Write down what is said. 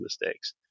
mistakes